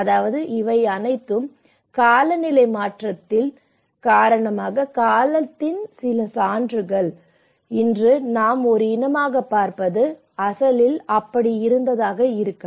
அதாவது இவை அனைத்தும் காலநிலை மாற்றத்தின் காலத்தின் சில சான்றுகள் இன்று நாம் ஒரு இனமாகப் பார்ப்பது அசல் ஒன்றல்ல